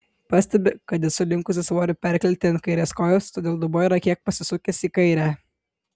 pastebi kad esu linkusi svorį perkelti ant kairės kojos todėl dubuo yra kiek pasisukęs į kairę